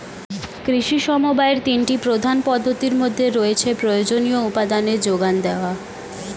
কৃষি সমবায়ের তিনটি প্রধান পদ্ধতির মধ্যে রয়েছে প্রয়োজনীয় উপাদানের জোগান দেওয়া